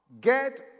get